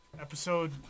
episode